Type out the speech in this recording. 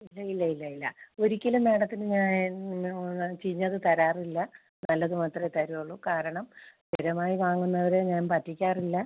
ഇല്ല ഇല്ല ഇല്ല ഇല്ല ഒരിക്കലും മേഡത്തിന് ഞാൻ ചീഞ്ഞത് തരാറില്ല നല്ലത് മാത്രമേ തരുവൊള്ളു കാരണം സ്ഥിരമായി വാങ്ങുന്നവരെ ഞാൻ പറ്റിക്കാറില്ല